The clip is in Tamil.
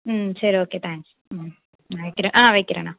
ம் சரி ஓகே தேங்க்ஸ் ம் நான் வைக்கிறேன் ஆ வைக்கிறேண்ணா